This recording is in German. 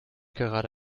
gerade